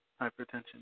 hypertension